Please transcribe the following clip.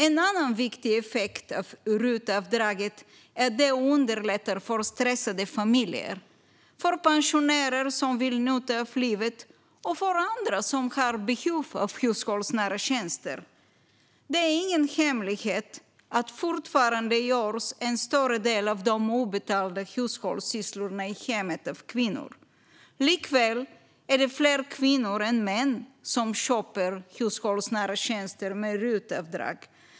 En annan viktig effekt av RUT-avdraget är att det underlättar för stressade familjer, för pensionärer som vill njuta av livet och för andra som har behov av hushållsnära tjänster. Det är ingen hemlighet att en större del av de obetalda hushållssysslorna i hemmet fortfarande görs av kvinnor. Likväl är det fler kvinnor än män som köper hushållsnära tjänster med RUT-avdrag.